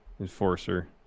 Enforcer